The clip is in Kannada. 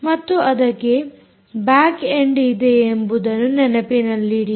ಮತ್ತು ಅದಕ್ಕೆ ಬ್ಯಾಕ್ ಎಂಡ್ ಇದೆ ಎಂಬುದನ್ನು ನೆನಪಿನಲ್ಲಿಡಿ